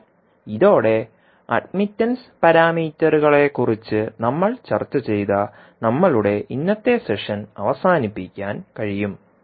അതിനാൽ ഇതോടെ അഡ്മിറ്റൻസ് പാരാമീറ്ററുകളെക്കുറിച്ച് നമ്മൾ ചർച്ച ചെയ്ത നമ്മളുടെ ഇന്നത്തെ സെഷൻ അവസാനിപ്പിക്കാൻ കഴിയും